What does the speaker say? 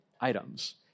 items